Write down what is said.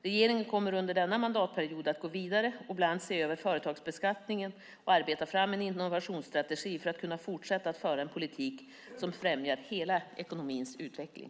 Regeringen kommer under denna mandatperiod att gå vidare och bland annat se över företagsbeskattningen och arbeta fram en innovationsstrategi för att kunna fortsätta att föra en politik som främjar hela ekonomins utveckling.